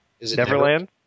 Neverland